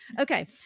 Okay